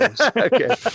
Okay